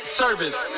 service